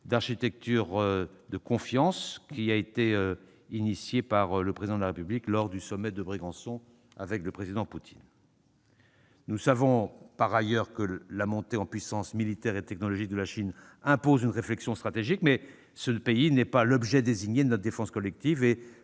d'un climat de confiance prise par le Président de la République lors du sommet de Brégançon avec le président Poutine. Nous savons par ailleurs que la montée en puissance militaire et technologique de la Chine impose une réflexion stratégique. Toutefois, ce pays n'est pas l'objet désigné de notre défense collective